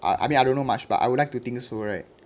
I I mean I don't know much but I would like to think so right